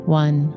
one